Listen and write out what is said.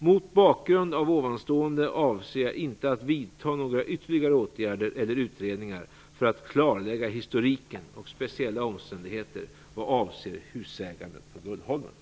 Mot bakgrund av ovanstående avser jag inte att vidta några ytterligare åtgärder eller utredningar för att klarlägga historiken och speciella omständigheter vad avser husägandet på Gullholmen.